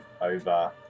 over